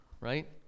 right